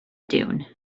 dune